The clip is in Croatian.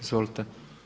Izvolite.